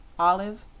olive,